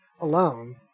alone